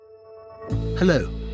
Hello